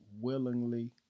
willingly